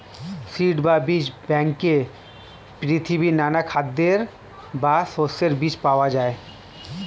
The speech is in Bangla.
সিড বা বীজ ব্যাংকে পৃথিবীর নানা খাদ্যের বা শস্যের বীজ পাওয়া যায়